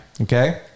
Okay